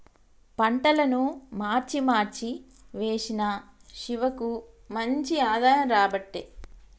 పంటలను మార్చి మార్చి వేశిన శివకు మంచి ఆదాయం రాబట్టే